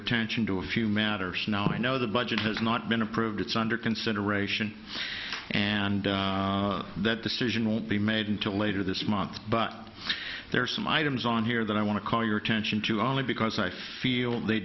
attention to a few matters now i know the budget has not been approved it's under consideration and that decision won't be made until later this month but there are some items on here that i want to call your attention to only because i feel they